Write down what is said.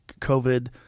COVID